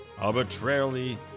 arbitrarily